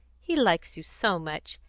he likes you so much,